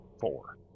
Four